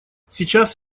сейчас